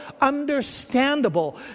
understandable